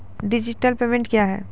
Digital payment क्या हैं?